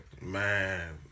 Man